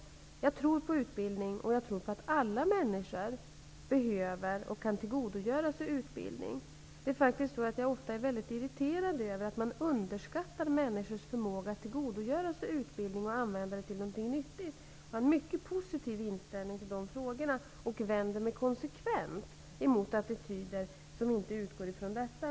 Jag tror på utbildning och på att alla människor behöver och kan tillgodogöra sig utbildning. Jag är ofta mycket irriterad över att man underskattar människors förmåga att tillgodogöra sig utbildning och att använda den till någonting nyttigt. Jag har en mycket positiv inställning i dessa frågor och vänder mig konsekvent emot attityder som inte utgår från detta.